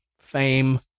fame